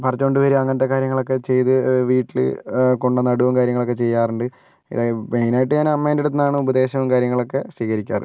പറിച്ചു കൊണ്ട് വരിക അങ്ങനത്തെ കാര്യങ്ങളൊക്കെ ചെയ്ത് വീട്ടിൽ കൊണ്ട് നടുകയും കാര്യങ്ങളൊക്കെ ചെയ്യാറുണ്ട് മെയ്നായിട്ട് ഞാൻ അമ്മേൻ്റെടുത്ത് നിന്നാണ് ഉപദേശവും കാര്യങ്ങളൊക്കെ സ്വീകരിക്കാറ്